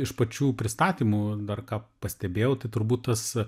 iš pačių pristatymų dar ką pastebėjau tai turbūt tas